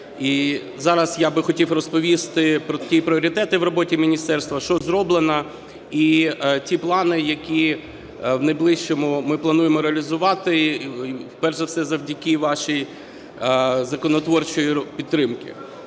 зараз я би хотів розповісти про ті пріоритети в роботі міністерства, що зроблено, і ті плани, які в найближчому ми плануємо реалізувати перш за все завдяки вашій законотворчій підтримці.